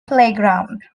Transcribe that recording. playground